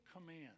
command